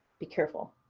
be careful.